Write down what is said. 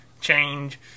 change